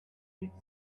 each